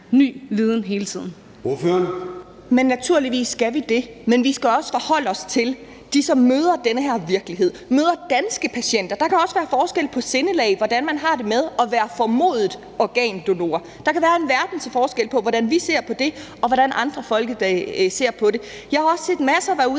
Mette Abildgaard (KF): Naturligvis skal vi det, men vi skal også forholde os til dem, som møder den her virkelighed, møder danske patienter. Der kan også være forskel på sindelag, og hvordan man har det med at være formodet organdonor. Der kan være en verden til forskel på, hvordan vi ser på det, og hvordan andre folk ser på det. Jeg har også set, at der er masser, der